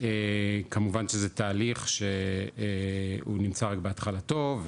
כמובן שזה תהליך שהוא נמצא רק בהתחלתו,